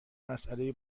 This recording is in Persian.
مسئله